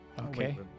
Okay